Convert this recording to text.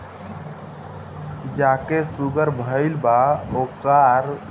जेके शुगर भईल बा ओकरा के रागी कअ रोटी बहुते फायदा करेला